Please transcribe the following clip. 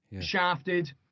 shafted